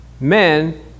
men